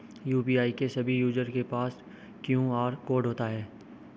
UPI के सभी user के पास क्यू.आर कोड होता है